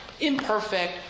imperfect